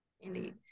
Indeed